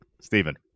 Stephen